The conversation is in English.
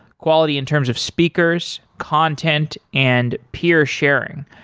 quality in terms of speakers, content and peer sharing,